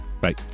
Bye